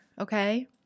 okay